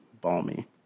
balmy